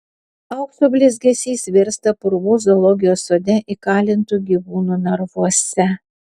aukso blizgesys virsta purvu zoologijos sode įkalintų gyvūnų narvuose